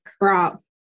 crop